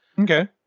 Okay